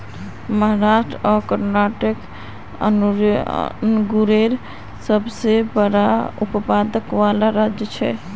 महाराष्ट्र आर कर्नाटक अन्गुरेर सबसे बड़ा उत्पादक वाला राज्य छे